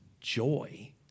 joy